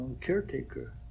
caretaker